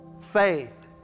faith